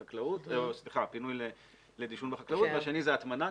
פינוי לדישון בחקלאות והשני הטמנה,